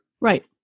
Right